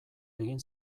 egin